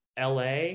LA